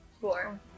Four